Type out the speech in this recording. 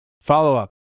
Follow-up